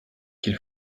qu’il